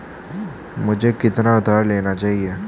मुझे कितना उधार लेना चाहिए?